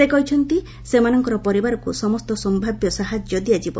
ସେ କହିଛନ୍ତି ସେମାନଙ୍କର ପରିବାରକୁ ସମସ୍ତ ସମ୍ଭାବ୍ୟ ସାହାଯ୍ୟ ଦିଆଯିବ